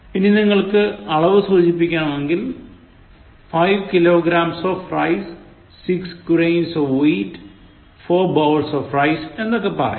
ഇനി നിങ്ങൾക്ക് അളവ് സൂചിപ്പിക്കണമെങ്കിൽ '5 kilograms of rice' '6 grains of wheat' '4 bowls of rice' എന്നൊക്കെ പറയാം